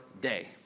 day